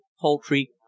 poultry